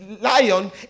lion